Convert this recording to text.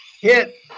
Hit